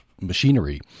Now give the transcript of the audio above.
machinery